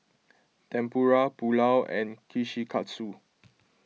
Tempura Pulao and Kushikatsu